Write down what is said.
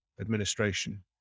administration